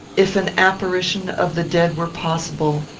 if an apparition of the dead were possible,